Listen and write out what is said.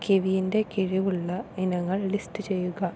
കിവിയിന്റെ കിഴിവുള്ള ഇനങ്ങൾ ലിസ്റ്റ് ചെയ്യുക